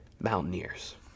Mountaineers